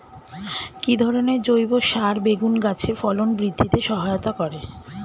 কি ধরনের জৈব সার বেগুন গাছে ফলন বৃদ্ধিতে সহায়তা করে?